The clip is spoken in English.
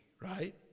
right